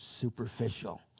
superficial